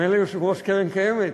מילא יושב-ראש קרן קיימת,